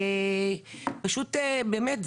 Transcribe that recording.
באמת,